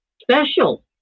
special